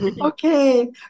Okay